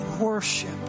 worship